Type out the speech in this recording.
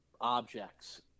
objects